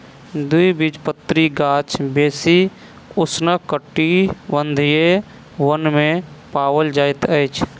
द्विबीजपत्री गाछ बेसी उष्णकटिबंधीय वन में पाओल जाइत अछि